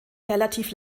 relativ